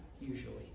Usually